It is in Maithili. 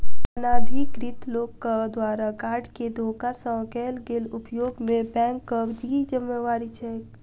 अनाधिकृत लोकक द्वारा कार्ड केँ धोखा सँ कैल गेल उपयोग मे बैंकक की जिम्मेवारी छैक?